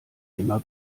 immer